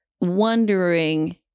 wondering